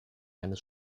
eines